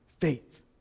faith